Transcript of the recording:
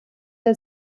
der